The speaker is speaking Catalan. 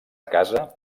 casa